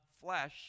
flesh